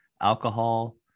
Alcohol